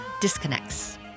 disconnects